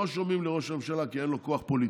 לא שומעים לראש הממשלה, כי אין לו כוח פוליטי.